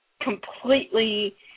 completely